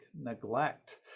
neglect